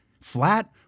flat